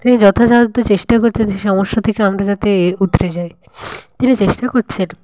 তিনি যথাসাধ্য চেষ্টা করছেন যে সমস্যা থেকে আমরা যাতে এ উতরে যাই তিনি চেষ্টা করছেন